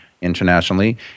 internationally